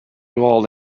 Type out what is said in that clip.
all